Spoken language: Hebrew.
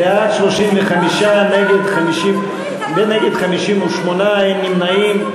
בעד, 35, נגד 58, אין נמנעים.